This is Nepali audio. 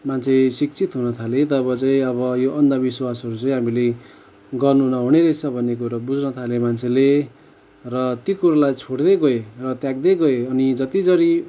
मान्छे शिक्षित हुन थाले तब चाहिँ अब यो अन्धविश्वासहरू चाहिँ हामीले गर्नु नहुने रहेछ भन्ने कुरो बुझ्न थाले मान्छेले र ति कुरालाई छोड्दै गए र त्याग्दै गए अनि जति जरि